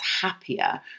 happier